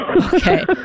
okay